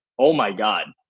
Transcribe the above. oh my god.